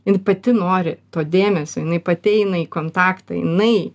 jinai pati nori to dėmesio jinai pati eina į kontaktą jinai